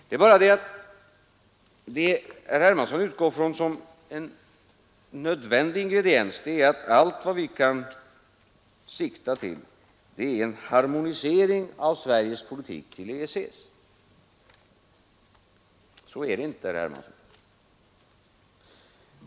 Det är bara det att herr Hermansson utgår nödvändig ingrediens att allt vad vi kan sikta till är en harmonisering av Sveriges politik till C:s. Så är det inte, herr Hermansson.